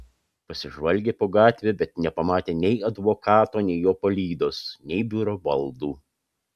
pasižvalgė po gatvę bet nepamatė nei advokato nei jo palydos nei biuro baldų